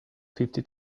fifty